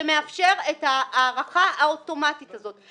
שמאפשר את ההארכה האוטומטית הזאת.